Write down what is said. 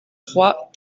trois